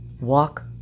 walk